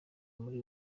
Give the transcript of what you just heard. muri